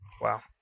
Wow